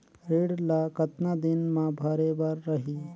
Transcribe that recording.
ऋण ला कतना दिन मा भरे बर रही?